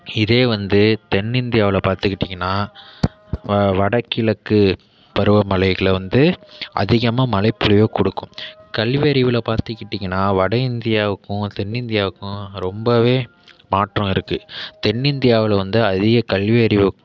இதே வந்து தென் இந்தியாவில் பார்த்துக்கிட்டிங்ன்னா வ வடகிழக்கு பருவ மழைகளை வந்து அதிகமாக மழைப்பொழிவை கொடுக்கும் கல்வி அறிவில் பார்த்துக்கிட்டிங்ன்னா வட இந்தியாவுக்கும் தென் இந்தியாவுக்கும் ரொம்பவே மாற்றம் இருக்கு தென் இந்தியாவில் வந்து அதிக கல்வி அறிவு